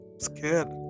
scared